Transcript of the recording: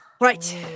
Right